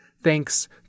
thanks